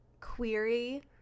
Query